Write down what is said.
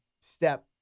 step